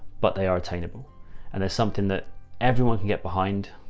but they are attainable and there's something that everyone can get behind.